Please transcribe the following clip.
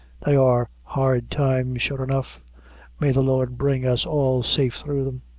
they are hard times, sure enough may the lord bring us all safe through them!